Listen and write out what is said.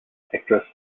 actress